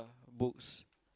books